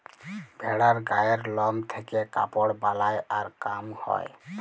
ভেড়ার গায়ের লম থেক্যে কাপড় বালাই আর কাম হ্যয়